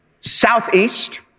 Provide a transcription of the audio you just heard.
southeast